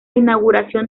inauguración